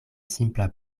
simpla